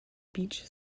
beach